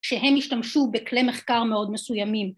‫שהם השתמשו בכלי מחקר מאוד מסוימים.